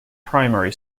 primary